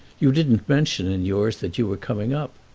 you didn't mention in yours that you were coming up.